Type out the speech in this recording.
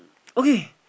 okay